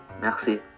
Merci